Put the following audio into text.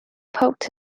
poked